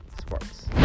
Sports